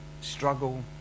struggle